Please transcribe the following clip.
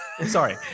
Sorry